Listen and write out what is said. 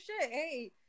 hey